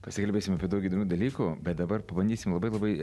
pasikalbėsim apie daug įdomių dalykų bet dabar pabandysim labai labai